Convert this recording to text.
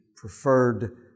preferred